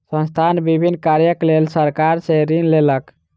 संस्थान विभिन्न कार्यक लेल सरकार सॅ ऋण लेलक